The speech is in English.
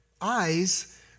eyes